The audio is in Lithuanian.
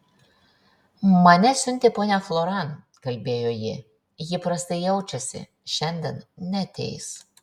mane siuntė ponia floran kalbėjo ji ji prastai jaučiasi šiandien neateis